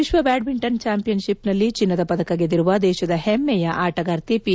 ವಿತ್ವ badminton ಚಾಂಪಿನ್ತಿಪ್ನಲ್ಲಿ ಚಿನ್ನದ ಪದಕ ಗೆದ್ದಿರುವ ದೇಶದ ಹೆಮ್ನೆಯ ಆಟಗಾರ್ತಿ ಪಿ